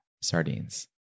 sardines